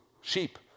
sheep